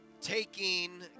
Taking